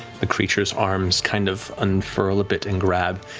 the creature's arms kind of unfurl a bit and grab.